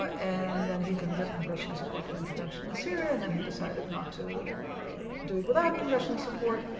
and then he couldn't get congressional support for intervention in syria. and then he decided not to do it without congressional support,